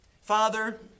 Father